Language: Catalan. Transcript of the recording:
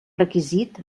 requisit